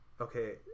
Okay